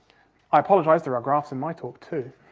i apologise, there are graphs in my talk, too.